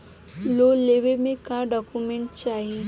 Loan लेवे मे का डॉक्यूमेंट चाही?